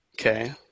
Okay